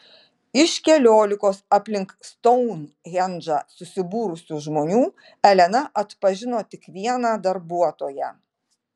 iš keliolikos aplink stounhendžą susibūrusių žmonių elena atpažino tik vieną darbuotoją